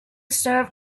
serve